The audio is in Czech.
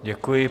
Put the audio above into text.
Děkuji.